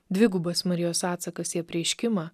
dvigubas marijos atsakas į apreiškimą